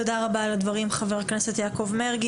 תודה רבה על הדברים, חבר הכנסת יעקב מרגי.